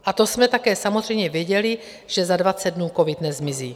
A to jsme také samozřejmě věděli, že za 20 dnů covid nezmizí.